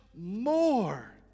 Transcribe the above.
more